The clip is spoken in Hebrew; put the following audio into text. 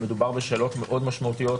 מדובר בשאלות מאוד משמעותיות,